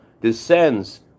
descends